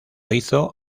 hizo